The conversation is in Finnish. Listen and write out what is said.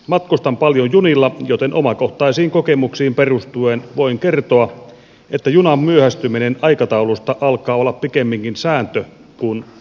matkustan paljon junilla joten omakohtaisiin kokemuksiin perustuen voin kertoa että junan myöhästyminen aikataulusta alkaa olla pikemminkin sääntö kuin poikkeus